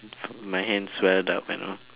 my hand swelled up you know